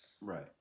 Right